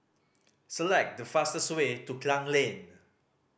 select the fastest way to Klang Lane